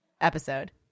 episode